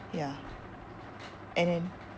ya and then